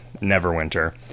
Neverwinter